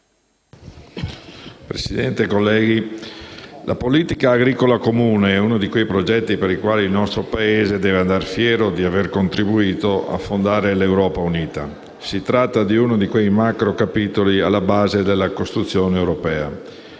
Presidente, onorevoli colleghi, la Politica agricola comune è uno dei progetti che devono rendere il nostro Paese fiero per aver contribuito a fondare l'Europa unita. Si tratta di uno di quei macro capitoli alla base della costruzione europea